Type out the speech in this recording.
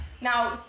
Now